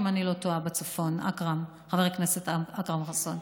אם אני לא טועה, בצפון, חבר הכנסת אכרם חסון.